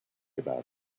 about